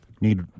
Need